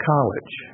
College